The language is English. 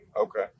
okay